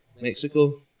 Mexico